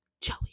Joey